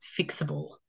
fixable